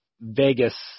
Vegas